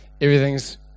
everything's